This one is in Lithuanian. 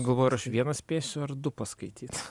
galvoju ar aš vieną spėsiu ar du paskaityt